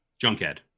Junkhead